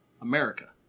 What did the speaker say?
America